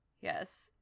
yes